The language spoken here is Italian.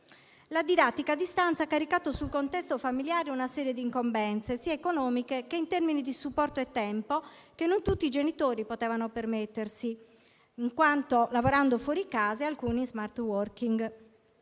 La didattica a distanza ha caricato sul contesto familiare una serie di incombenze sia economiche che in termini di supporto e tempo che non tutti i genitori potevano permettersi, lavorando fuori casa e alcuni in *smart working*.